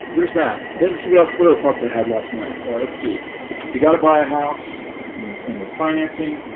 there's that then to see what else what other thoughts i had last night let's see if you gotta buy a house and your financing.